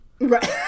Right